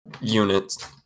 units